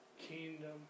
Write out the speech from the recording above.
kingdom